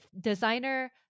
designer